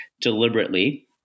deliberately